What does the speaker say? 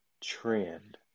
trend